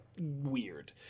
weird